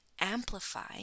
amplify